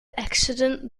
accident